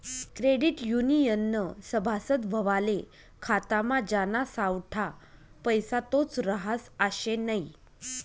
credit युनियननं सभासद व्हवाले खातामा ज्याना सावठा पैसा तोच रहास आशे नै